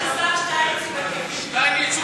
השר שטייניץ, שטייניץ הוא פמיניסט.